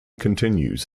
continues